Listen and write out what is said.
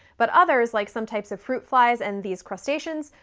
but others, like some types of fruit flies and these crustaceans,